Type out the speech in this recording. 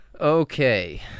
Okay